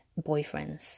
boyfriends